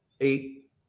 eight